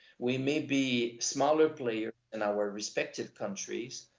we may be smaller player in our respective countries,